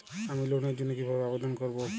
আমি লোনের জন্য কিভাবে আবেদন করব?